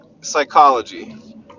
psychology